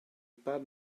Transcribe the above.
pas